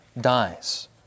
dies